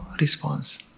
response